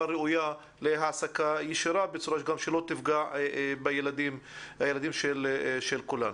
ראויה להעסקה ישירה באופן שלא יפגע בילדים והילדים הם של כולנו.